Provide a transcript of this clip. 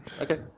okay